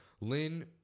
Lynn